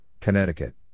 Connecticut